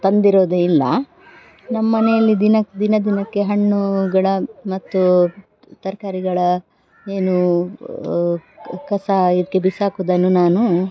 ತಂದಿರೋದು ಇಲ್ಲ ನಮ್ಮ ಮನೆಲಿ ದಿನಕ್ಕೆ ದಿನ ದಿನಕ್ಕೆ ಹಣ್ಣುಗಳ ಮತ್ತು ತರಕಾರಿಗಳ ಏನು ಕ್ ಕಸ ಇದಕ್ಕೆ ಹಾಕಿ ಬಿಸಾಕುವುದನ್ನು ನಾನು